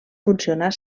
funcionar